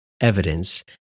evidence